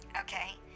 Okay